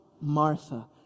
Martha